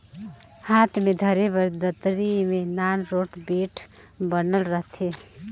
हाथ मे धरे बर दतरी मे नान रोट बेठ बनल रहथे